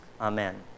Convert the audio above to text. Amen